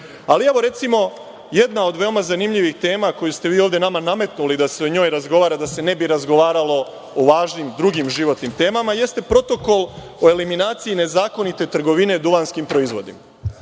Srbije. Recimo, jedna od veoma zanimljivih tema koju ste nama ovde nametnuli, da se o njoj razgovara, da se ne bi razgovaralo o važnim drugim životnim temama, jeste protokol o eliminaciji nezakonite trgovine duvanskim proizvodima.